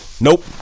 Nope